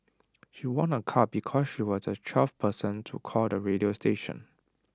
she won A car because she was A twelfth person to call the radio station